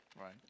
Right